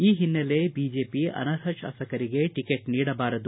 ಈ ಹಿನ್ನೆಲೆ ಬಿಜೆಪಿ ಅನರ್ಹ ಶಾಸಕರಿಗೆ ಟಕೆಟ್ ನೀಡಬಾರದು